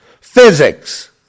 Physics